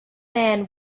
man